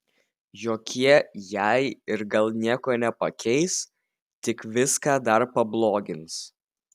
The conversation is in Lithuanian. jokie jei ir gal nieko nepakeis tik viską dar pablogins